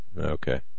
Okay